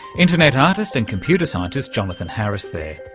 internet artist and computer scientist jonathan harris there.